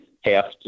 half